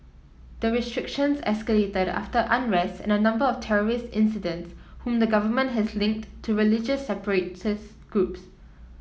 the restrictions escalated after unrest and a number of terrorist incidents whom the government has linked to religious separatist groups